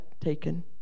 taken